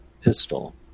pistol